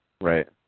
Right